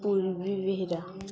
Purvi Behera